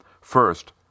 First